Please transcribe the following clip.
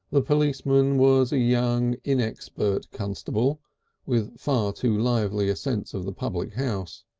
the policeman was a young, inexpert constable with far too lively a sense of the public house.